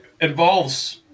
involves